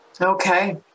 Okay